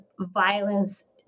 violence